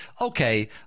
okay